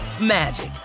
magic